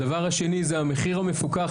הדבר השני זה המחיר המפוקח,